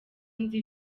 nzi